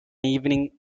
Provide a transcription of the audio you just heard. evening